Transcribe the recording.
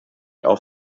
auf